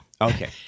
okay